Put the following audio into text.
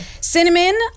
Cinnamon